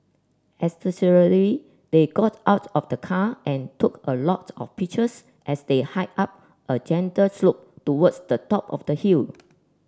they got out of the car and took a lot of pictures as they hiked up a gentle slope towards the top of the hill